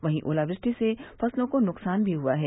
वहीं ओलावृष्टि से फसलों को नुकसान भी हुआ है